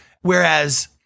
Whereas